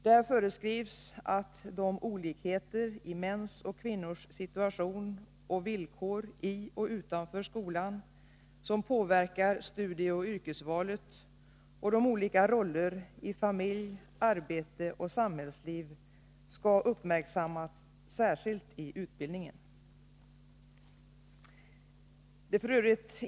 Där föreskrivs att de olikheter i mäns och kvinnors situation och villkor i och utanför skolan som påverkar studieoch yrkesvalet och de olika rollerna i familj, arbete och samhällsliv skall uppmärksammas särskilt i utbildningen. Det är f.ö.